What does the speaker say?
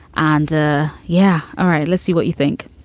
and. yeah, all right. let's see what you think